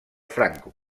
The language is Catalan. franco